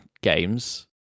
games